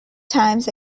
times